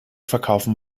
verkaufen